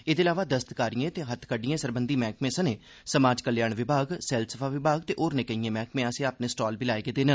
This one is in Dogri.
एह्दे अलावा दस्तकारिएं ते हत्थखड्डिंग सरबंधी मैह्कमें सने समाज कल्याण विमाग सैलसफा विमाग ते होरनें केइएं मैह्कमें आसेआ अपने स्टाल बी लाए गेदे न